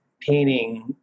painting